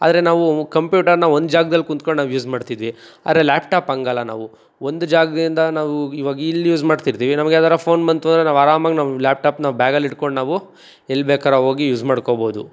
ಆದರೆ ನಾವೂ ಕಂಪ್ಯೂಟರ್ನ ಒಂದು ಜಾಗದಲ್ಲಿ ಕೂತ್ಕಂಡು ನಾವ್ ಯೂಸ್ ಮಾಡ್ತಿದ್ವಿ ಆದ್ರೆ ಲ್ಯಾಪ್ ಟಾಪ್ ಹಂಗಲ್ಲ ನಾವು ಒಂದು ಜಾಗದಿಂದ ನಾವು ಇವಾಗ ಇಲ್ಲಿ ಯೂಸ್ ಮಾಡ್ತಿರ್ತೀವಿ ನಮಗೆ ಯಾವ್ದಾರು ಫೋನ್ ಬಂತು ಅಂದರೆ ನಾವು ಆರಾಮಾಗಿ ನಮ್ಮ ಲ್ಯಾಪ್ಟಾಪ್ನ ಬ್ಯಾಗಲ್ಲಿಟ್ಟುಗೊಂಡೇ ನಾವು ಎಲ್ಲಿ ಬೇಕಾರು ಹೋಗಿ ಯೂಸ್ ಮಾಡ್ಕೊಬೋದು